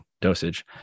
dosage